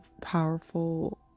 powerful